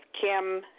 Kim